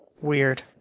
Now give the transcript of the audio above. Weird